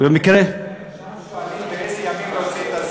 במקרה, שם שואלים באיזה ימים להוציא את הזבל,